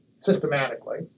systematically